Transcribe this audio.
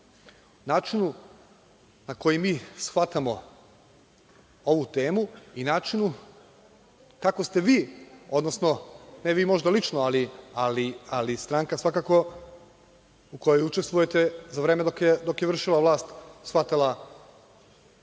Način na koji mi shvatamo ovu temu i način kako ste vi, odnosno ne vi možda lično, ali stranka svakako u kojoj učestvujete za vreme dok je vršila vlast shvatala proces